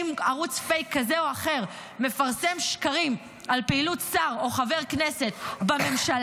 אם ערוץ פייק כזה או אחר מפרסם שקרים על פעילות שר או חבר כנסת בממשלה,